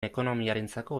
ekonomiarentzako